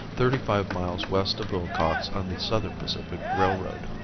thirty-five miles west of willcox on the southern pacific railroad.